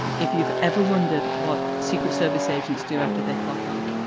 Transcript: if you've ever wondered what secret service agents do after they clock off.